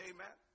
Amen